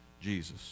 Jesus